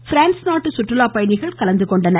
France நாட்டு சுற்றுலாப்பயணிகள் கலந்துகொண்டனர்